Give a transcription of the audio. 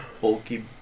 bulky